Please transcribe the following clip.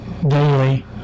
daily